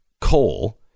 coal—